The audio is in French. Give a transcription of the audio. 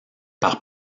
par